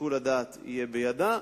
שיקול הדעת יהיה בידה.